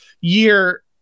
year